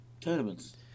tournaments